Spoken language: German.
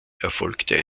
erfolgte